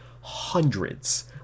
hundreds